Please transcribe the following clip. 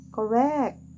Correct